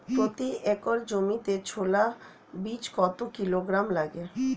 প্রতি একর জমিতে ছোলা বীজ কত কিলোগ্রাম লাগে?